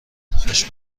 خوش